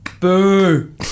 Boo